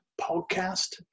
Podcast